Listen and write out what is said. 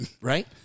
Right